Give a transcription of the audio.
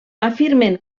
afirmen